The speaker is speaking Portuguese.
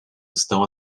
estão